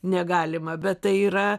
negalima bet tai yra